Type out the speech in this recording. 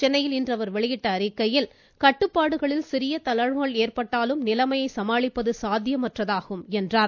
சென்னையில் இன்று அவர் வெளியிட்ட அறிக்கையில் கட்டுப்பாடுகளில் சிறிய தளர்வுகள் ஏற்பட்டாலும் நிலைமையை சமாளிப்பது சாத்தியமற்றதாகும் என்றார்